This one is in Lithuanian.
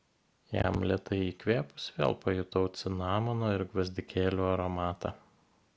jam lėtai įkvėpus vėl pajutau cinamono ir gvazdikėlių aromatą